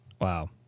Wow